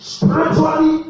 Spiritually